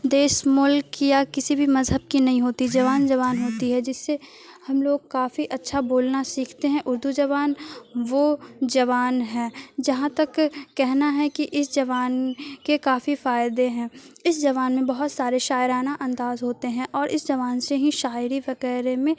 دیش ملک یا کسی بھی مذہب کی نہیں ہوتی زبان زبان ہوتی ہے جس سے ہم لوگ کافی اچھا بولنا سیکھتے ہیں اردو زبان وہ زبان ہیں جہاں تک کہنا ہے کہ اس زبان کے کافی فائدے ہیں اس زبان میں بہت سارے شاعرانہ انداز ہوتے ہیں اور اس زبان سے ہی شاعری وغیرہ میں